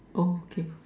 okay